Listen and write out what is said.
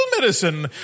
medicine